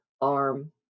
arm